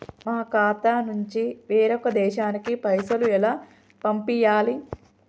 మా ఖాతా నుంచి వేరొక దేశానికి పైసలు ఎలా పంపియ్యాలి?